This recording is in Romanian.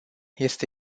este